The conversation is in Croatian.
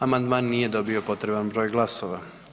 Amandman nije dobio potreban broj glasova.